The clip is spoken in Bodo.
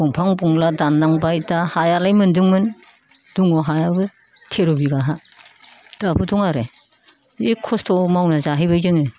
बिफां बंला दाननांबाय दा हायालाय मोनदोंमोन दङ हायाबो थेर' बिगा हा दाबो दं आरो बे कस्त'यै मावना जाहैबाय जोङो